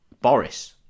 Boris